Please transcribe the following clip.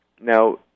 Now